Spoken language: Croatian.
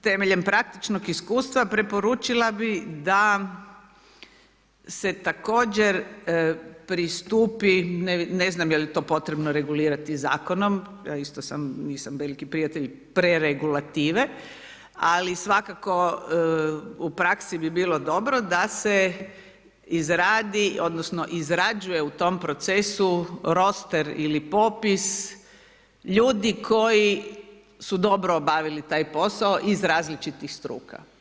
Temeljem praktičkog iskustva preporučila bih da se također pristupi, ne znam je li to potrebno regulirati zakonom, ja isto sam, nisam veliki prijatelj preregulative ali svakako u praksi bi bilo dobro da se izradi, odnosno izrađuje u tom procesu roster ili popis ljudi koji su dobro obavili taj posao iz različitih struka.